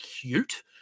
cute